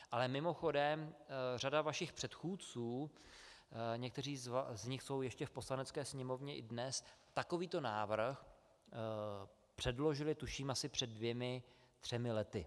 Ale mimochodem, řada vašich předchůdců, někteří z nich jsou ještě v Poslanecké sněmovně i dnes, takovýto návrh předložila, tuším, asi před dvěma třemi lety.